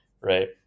right